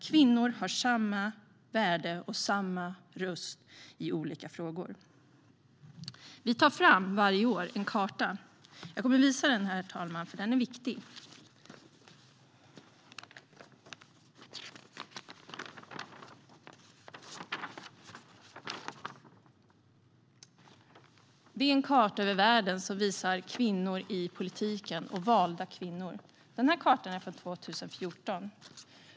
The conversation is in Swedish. Kvinnor ska ha samma värde och lika stark röst i olika frågor. Vi tar varje år fram en karta. Jag kommer att visa den här, herr talman, för den är viktig. Det är en karta över världen som visar kvinnor i politiken och valda kvinnor. Den här kartan är från 2014.